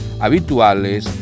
...habituales